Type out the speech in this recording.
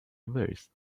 reversed